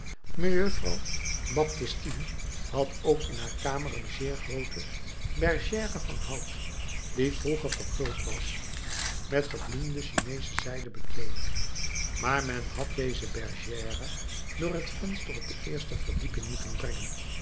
mejuffrouw baptistine had ook in haar kamer een zeer groote bergère van hout die vroeger verguld was met gebloemde chineesche zijde bekleed maar men had deze bergère door het venster op de eerste verdieping moeten brengen